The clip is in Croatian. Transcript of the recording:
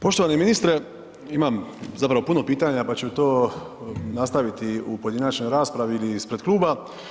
Poštovani ministre, imam zapravo puno pitanja pa ću to nastaviti u pojedinačnoj raspravi ili ispred kluba.